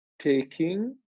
taking